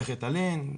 צריך ריטלין,